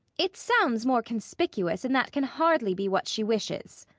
it sounds more conspicuous and that can hardly be what she wishes,